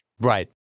Right